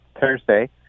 Thursday